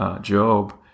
Job